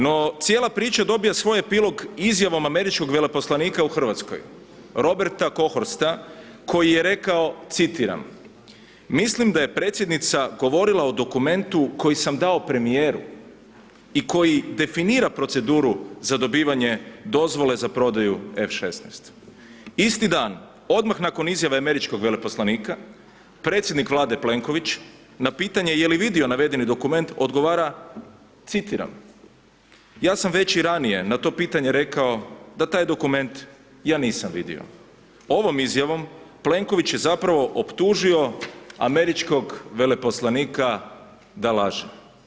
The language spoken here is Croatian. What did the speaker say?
No, cijela priča dobija svoj epilog izjavom američkog veleposlanika u Hrvatskoj Roberta Kohorsta koji je rekao citiram: „Mislim da je predsjednica govorila o dokumentu koji sam dao premijeru i koji definira proceduru za dobivanje dozvole za prodaju F16.“ Isti dan odmah nakon izjave američkog veleposlanika predsjednik Vlade Plenković, na pitanje je li vidio navedeni dokument odgovara citiram: „Ja sam već i ranije na to pitanje rekao da taj dokument ja nisam vidio.“ Ovom izjavom Plenković je zapravo optužio američkog veleposlanika da laže.